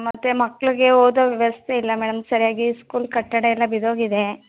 ಮತ್ತೆ ಮಕ್ಳಿಗೆ ಓದೋ ವ್ಯವಸ್ಥೆ ಇಲ್ಲ ಮೇಡಮ್ ಸರಿಯಾಗಿ ಸ್ಕೂಲ್ ಕಟ್ಟಡ ಎಲ್ಲ ಬಿದ್ದೋಗಿದೆ